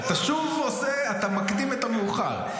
אתה מקדים את המאוחר.